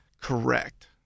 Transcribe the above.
correct